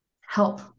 help